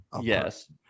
Yes